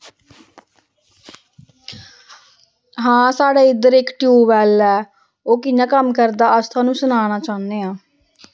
हां साढ़े इद्धर इक टयूबवैल ऐ ओह् कि'यां कम्म करदा अस थोआनू सनाना चाह्न्ने आं